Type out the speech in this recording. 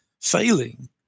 failing